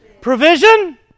provision